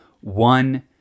one